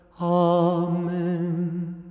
Amen